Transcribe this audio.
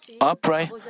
upright